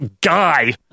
guy